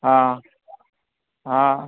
हा हा